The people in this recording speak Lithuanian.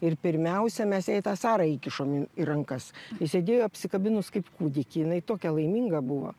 ir pirmiausia mes jai tą sarą įkišom į rankas ji sėdėjo apsikabinus kaip kūdikį jinai tokia laiminga buvo